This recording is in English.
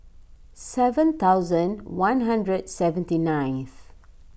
seven thousand one hundred seventy ninth